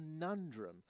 conundrum